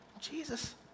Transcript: Jesus